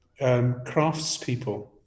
craftspeople